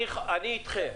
אני איתכם,